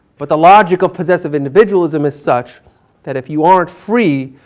but the logical possessive individualism is such that if you aren't free,